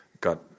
got